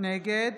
נגד